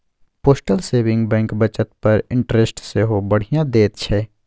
postal saving bank बचत पर interest सेहो बढ़ियाँ दैत छै